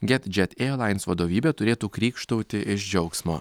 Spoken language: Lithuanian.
get džet ierlains vadovybė turėtų krykštauti iš džiaugsmo